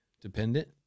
dependent